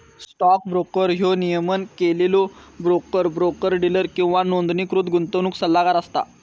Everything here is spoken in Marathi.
स्टॉक ब्रोकर ह्यो नियमन केलेलो ब्रोकर, ब्रोकर डीलर किंवा नोंदणीकृत गुंतवणूक सल्लागार असता